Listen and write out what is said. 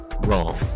wrong